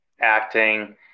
acting